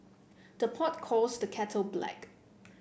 the pot calls the kettle black